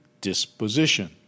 disposition